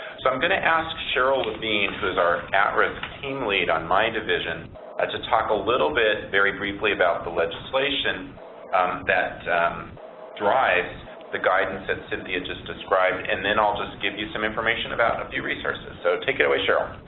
so i'm going to ask cheryl levine who's our at-risk team lead on my division ah to talk a little bit, very briefly about the legislation that drives the guidance that and cynthia just described. and then i'll just give you some information about a few resources. so, take it away, cheryl.